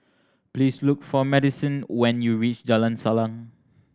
please look for Madisyn when you reach Jalan Salang